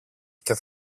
και